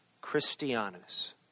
Christianus